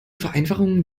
vereinfachungen